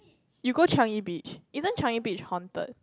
you go Changi-Beach isn't Changi-Beach haunted